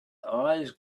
eyes